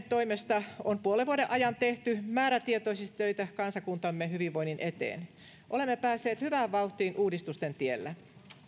toimesta on puolen vuoden ajan tehty määrätietoisesti töitä kansakuntamme hyvinvoinnin eteen olemme päässeet hyvään vauhtiin uudistusten tiellä